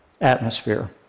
atmosphere